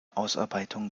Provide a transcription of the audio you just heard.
ausarbeitung